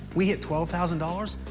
we hit twelve thousand dollars,